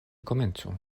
komencu